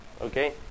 Okay